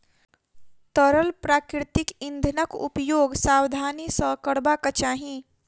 तरल प्राकृतिक इंधनक उपयोग सावधानी सॅ करबाक चाही